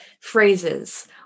phrases